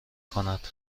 کند